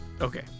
okay